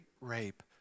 rape